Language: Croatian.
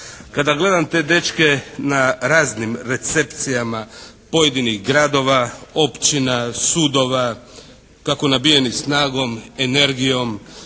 Kada gledam te dečke na raznim recepcijama pojedinih gradova, općina, sudova, kako nabijeni snagom, energijom